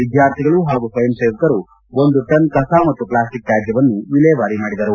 ವಿದ್ಯಾರ್ಥಿಗಳು ಪಾಗೂ ಸ್ವಯಂ ಸೇವಕರು ಒಂದು ಟನ್ ಕಸ ಮತ್ತು ಪ್ಲಾಸ್ಟಿಕ್ ತ್ಯಾಜ್ಯವನ್ನು ವಿಲೇವಾರಿ ಮಾಡಿದರು